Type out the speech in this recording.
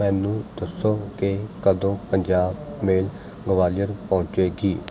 ਮੈਨੂੰ ਦੱਸੋ ਕਿ ਕਦੋਂ ਪੰਜਾਬ ਮੇਲ ਗਵਾਲੀਅਰ ਪਹੁੰਚੇਗੀ